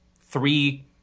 three